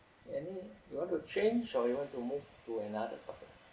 any~ you want to change or you want to move to another topic